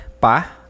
pa